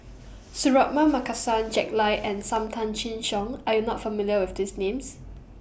Suratman Markasan Jack Lai and SAM Tan Chin Siong Are YOU not familiar with These Names